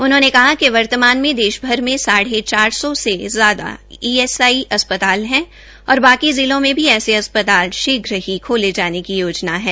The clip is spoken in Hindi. उन्होंने कहा कि वर्तमान में देशभर में साढ़े चार सौ से ज्यादा ईएसआई अस्पताल है और बाकी जिलों में ऐसे अस्पताल शीघ्र ही खोले जाने की योजना है